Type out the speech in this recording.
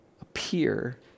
appear